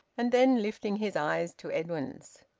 and then lifting his eyes to edwin's.